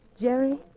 Jerry